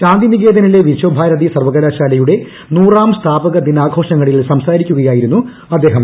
ശാന്തിനികേതനിലെ വിശ്വഭാരതി സർവകലാശാലയുടെ നൂറാം സ്ഥാപക ദിനാഘോഷങ്ങളിൽ സംസാരിക്കുകയായിരുന്നു അദ്ദേഹം